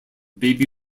baby